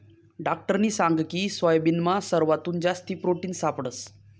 डाक्टरनी सांगकी सोयाबीनमा सरवाथून जास्ती प्रोटिन सापडंस